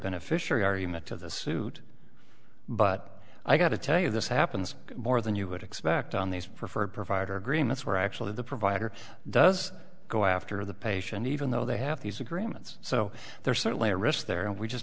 beneficiary argument to the suit but i got to tell you this happens more than you would expect on these preferred provider agreements where actually the provider does go after the patient even though they have these agreements so there's certainly a risk there and we just